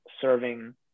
serving